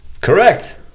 Correct